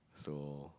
so